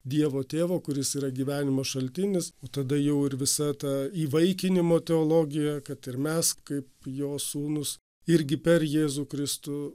dievo tėvo kuris yra gyvenimo šaltinis o tada jau ir visa ta įvaikinimo teologija kad ir mes kaip jo sūnūs irgi per jėzų kristų